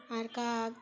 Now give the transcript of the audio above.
আর কাক